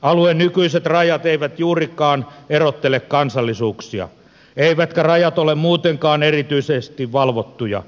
alueen nykyiset rajat eivät juurikaan erottele kansallisuuksia eivätkä rajat ole muutenkaan erityisesti valvottuja